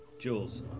Jules